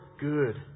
good